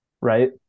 right